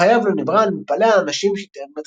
לא היה ולא נברא, אני מתפלא על אנשים שמתחילים